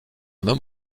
même